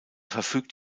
verfügt